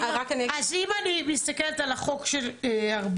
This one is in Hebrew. אם אני מסתכלת על החוק של ארבל,